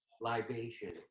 libations